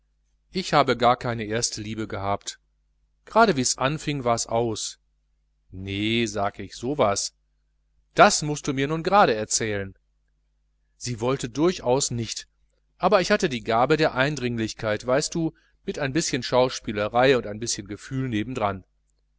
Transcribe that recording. ich habe gar keine erste liebe gehabt gerade wies anfing wars aus nee sage ich so was das mußt du mir nun grade erzählen sie wollte durchaus nicht aber ich hatte die gabe der eindringlichkeit weißt du mit ein bischen schauspielerei und ein bischen gefühl